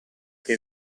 che